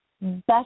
Best